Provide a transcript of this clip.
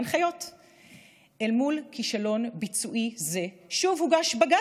ואם יש קשיים בנושא המכרז,